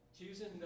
choosing